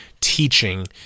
teaching